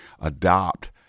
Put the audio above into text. adopt